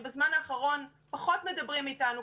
בזמן האחרון פחות מדברים איתנו.